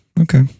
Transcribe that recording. Okay